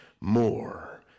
more